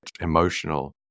emotional